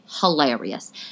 Hilarious